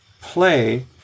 play